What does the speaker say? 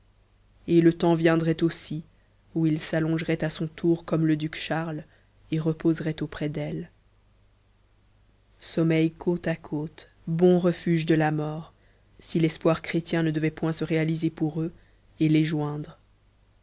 et le temps viendrait aussi où il s'allongerait à son tour comme le duc charles et reposerait auprès d'elle sommeil côte à côte bon refuge de la mort si l'espoir chrétien ne devait point se réaliser pour eux et les joindre